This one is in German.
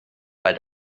weil